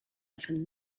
often